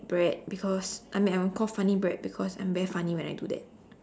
bread because I mean I'm called funny bread because I'm very funny when I do that